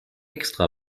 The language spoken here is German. extra